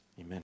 Amen